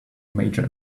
major